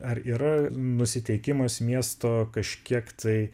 ar yra nusiteikimas miesto kažkiek tai